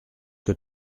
que